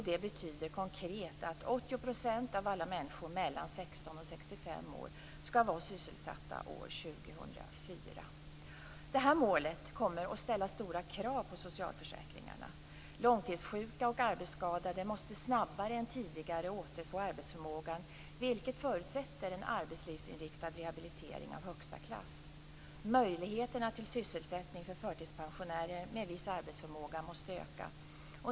Det betyder konkret att 80 % av alla människor mellan 16 Detta mål kommer att ställa stora krav på socialförsäkringarna. Långtidssjuka och arbetsskadade måste snabbare än tidigare återfå arbetsförmågan, vilket förutsätter en arbetslivsinriktad rehabilitering av högsta klass. Möjligheterna till sysselsättning för förtidspensionärer med viss arbetsförmåga måste öka.